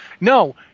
No